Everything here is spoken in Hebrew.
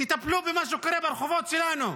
תטפלו במה שקורה ברחובות שלנו.